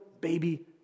baby